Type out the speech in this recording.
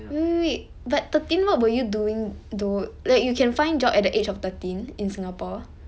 wait wait wait but thirteen what were you doing do~ like you can find job at the age of thirteen in singapore